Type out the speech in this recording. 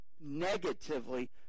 negatively